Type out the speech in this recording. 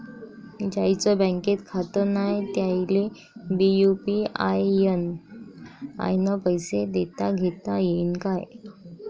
ज्याईचं बँकेत खातं नाय त्याईले बी यू.पी.आय न पैसे देताघेता येईन काय?